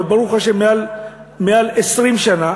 וברוך השם מעל 20 שנה,